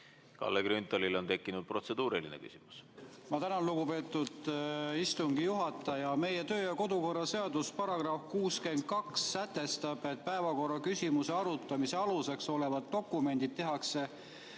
Kalle Grünthalil on tekkinud protseduuriline küsimus. Ma tänan, lugupeetud istungi juhataja! Meie kodu- ja töökorra seaduse § 62 sätestab, et päevakorraküsimuse arutamise aluseks olevad dokumendid tehakse